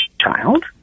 child